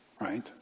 right